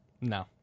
No